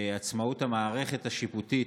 עצמאות המערכת השיפוטית,